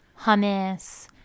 hummus